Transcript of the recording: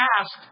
asked